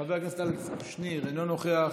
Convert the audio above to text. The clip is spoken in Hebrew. חבר הכנסת אלכס קושניר, אינו נוכח,